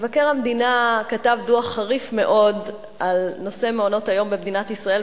מבקר המדינה כתב דוח חריף מאוד על נושא מעונות-היום במדינת ישראל,